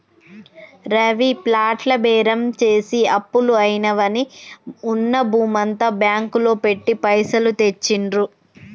రవి ప్లాట్ల బేరం చేసి అప్పులు అయినవని ఉన్న భూమంతా బ్యాంకు లో పెట్టి పైసలు తెచ్చిండు